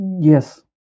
Yes